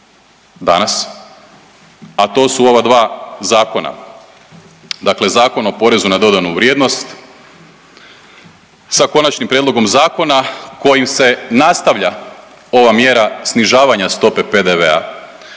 danas, a to su ova dva zakona, dakle Zakon o porezu na dodanu vrijednost sa konačnim prijedlogom zakona kojim se nastavlja ova mjera snižavanja stope PDV-a